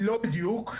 לא בדיוק.